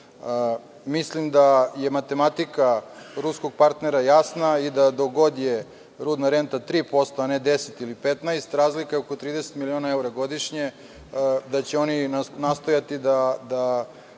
nekada. Mislim da je matematika ruskog partnera jasna i dokle god je rudna renta 3% ili 10, ili 15, razlika je oko 30 miliona evra godišnje, da će nastojati da